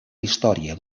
història